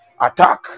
attack